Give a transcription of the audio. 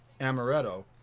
amaretto